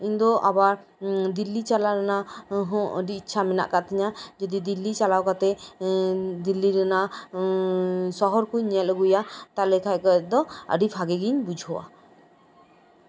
ᱮ ᱪᱷᱟᱲᱟᱣ ᱤᱧ ᱫᱚ ᱟᱵᱟᱨ ᱫᱤᱞᱞᱤ ᱪᱟᱞᱟᱜ ᱱᱚᱣᱟᱦᱚᱸ ᱟᱹᱰᱤ ᱤᱪᱪᱷᱟ ᱢᱮᱱᱟᱜ ᱠᱟᱜ ᱛᱤᱧᱟ ᱡᱚᱫᱤ ᱫᱤᱞᱞᱤ ᱪᱟᱞᱟᱣ ᱠᱟᱛᱮᱜ ᱫᱤᱞᱞᱤ ᱨᱮᱱᱟᱜ ᱥᱚᱦᱚᱨ ᱠᱚᱧ ᱧᱮᱞ ᱟᱹᱜᱩᱭᱟ ᱛᱟᱦᱞᱮ ᱠᱷᱟᱡ ᱟᱹᱰᱤ ᱵᱷᱟᱜᱮ ᱜᱤᱧ ᱵᱩᱡᱷᱟᱹᱣᱟ